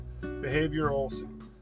behavioral